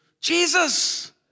Jesus